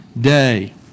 day